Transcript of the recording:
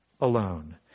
alone